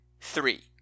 three